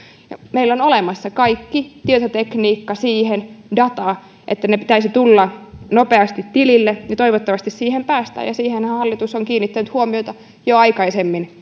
meillä on olemassa kaikki tietotekniikka data siihen että niiden pitäisi tulla nopeasti tilille ja toivottavasti siihen päästään ja siihenhän hallitus on kiinnittänyt huomiota jo aikaisemmin